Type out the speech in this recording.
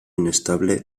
inestable